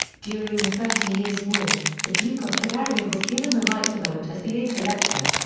during the thirty years' war, the duke of bavaria was given the right to vote as the eighth elector.